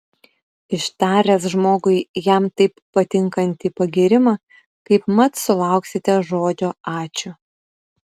ištaręs žmogui jam taip patinkantį pagyrimą kaipmat sulauksite žodžio ačiū